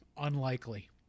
unlikely